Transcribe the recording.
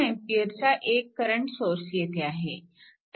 2A चा एक current source येथे आहे